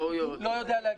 אני לא יודע להגיד.